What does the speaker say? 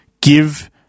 give